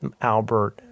Albert